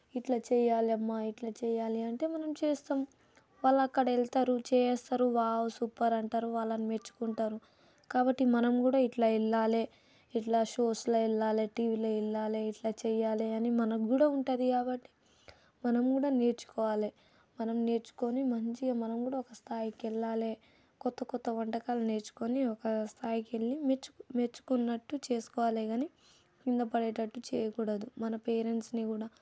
ఇట్లా చేయాలి అమ్మ ఇట్లా చేయాలి అంటే మనం చేస్తాం వాళ్ళు అక్కడ వెళ్తారు చేస్తారు వావ్ సూపర్ అంటారు వాళ్ళని మెచ్చుకుంటారు కాబట్టి మనం కూడా ఇట్లా వెళ్ళాలి ఇట్లా షోస్లో ఎల్లాలి టీవీలో వెళ్లాలి ఇట్లా చేయాలి అని మనకు కూడా ఉంటుంది కాబట్టి మనం కూడా నేర్చుకోవాలి మనం నేర్చుకుని మంచిగా మనం కూడా ఒక స్థాయికి వెళ్ళాలి కొత్త కొత్త వంటకాలు నేర్చుకొని ఒక స్థాయికి వెళ్ళి మెచ్చు మెచ్చుకున్నట్టు చేసుకోవాలి కానీ కింద పడేటట్టు చేయకూడదు మన పేరెంట్స్ని కూడా